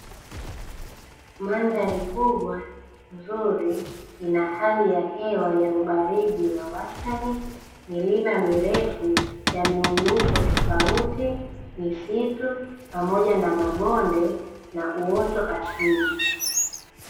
Mandhari kubwa nzuri ina hali ya hewa ya ubaridi wa wastani, milima mirefu ya miinuko tofauti, misitu pamoja na mabonde na uoto asili.